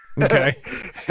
Okay